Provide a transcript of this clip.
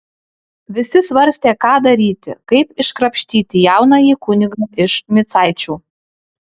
visi svarstė ką daryti kaip iškrapštyti jaunąjį kunigą iš micaičių